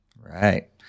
Right